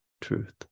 truth